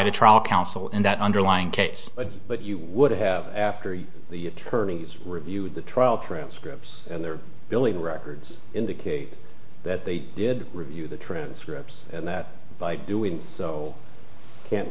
the trial counsel and that underlying case but you would have after the attorneys reviewed the trial transcripts and there believe the records indicate that they did review the transcripts and that by doing so can't